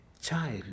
child